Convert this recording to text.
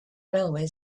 railway